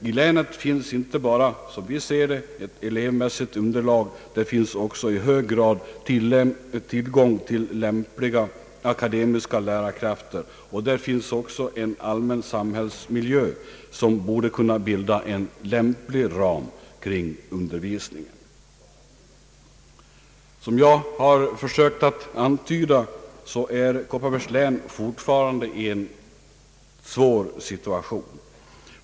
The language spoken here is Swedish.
I länet finns inte bara ett elevmässigt underlag, där finns också i hög grad tillgång till lämpliga akademiska lärarkrafter och en allmän samhällsmiljö, som borde kunna bilda en lämplig ram kring undervisningen. Som jag försökt antyda är Koppar Statsverkspropositionen m.m. bergs län fortfarande i en mycket svår situation.